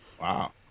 Wow